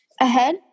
Ahead